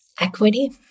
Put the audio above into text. equity